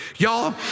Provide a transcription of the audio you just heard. Y'all